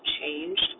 changed